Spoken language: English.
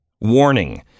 warning